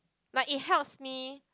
like it helps me